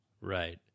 right